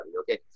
okay